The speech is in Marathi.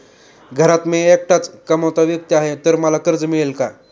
घरात मी एकटाच कमावता व्यक्ती आहे तर मला कर्ज मिळेल का?